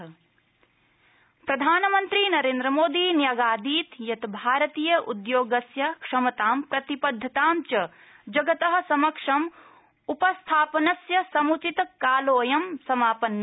प्रधानमंत्री मोदी प्रधानमंत्री नरेंद्र मोदी न्यगादीत् यत् भारतीय उद्योगस्य क्षमतां प्रतिबद्धतां च जगत समक्षं उपस्थापनस्यसमुचित कालोयं समापन्न